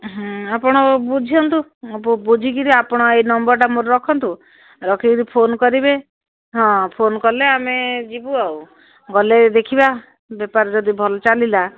ଆପଣ ବୁଝନ୍ତୁ ବୁଝିକିରି ଆପଣ ଏଇ ନମ୍ବରଟା ମୋର ରଖନ୍ତୁ ରଖିକିରି ଫୋନ୍ କରିବେ ହଁ ଫୋନ୍ କଲେ ଆମେ ଯିବୁ ଆଉ ଗଲେ ଦେଖିବା ବେପାର ଯଦି ଭଲ ଚାଲିଲା